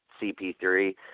CP3